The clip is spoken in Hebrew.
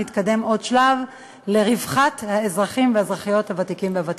נתקדם עוד שלב לרווחת האזרחים והאזרחיות הוותיקים והוותיקות.